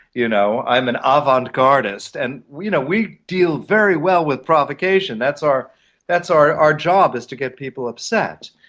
you know. i'm an ah avant-garde-ist. and we you know we deal very well with provocation, that's our that's our job, is to get people upset,